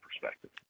perspective